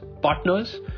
partners